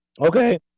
okay